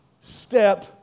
Step